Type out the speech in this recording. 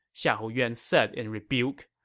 xiahou yuan said in rebuke.